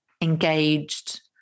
engaged